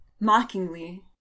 mockingly